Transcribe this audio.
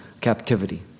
captivity